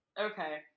Okay